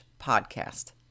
podcast